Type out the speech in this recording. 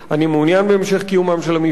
אני מעוניין בהמשך קיומם של המפעלים,